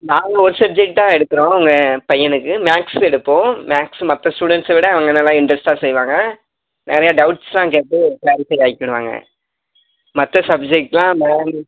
நாங்கள் ஒரு சப்ஜெக்ட் தான் எடுக்கிறோம் உங்கள் பையனுக்கு மேக்ஸ் எடுப்போம் மேக்ஸு மற்ற ஸ்டூடண்ட்ஸை விட அவங்க நல்லா இன்ட்ரெஸ்ட்டாக செய்வாங்க நிறையா டவுட்ஸ்லாம் கேட்டு கிளாரிஃபை ஆகிக்கிடுவாங்க மற்ற சப்ஜெக்ட்லாம் மேம்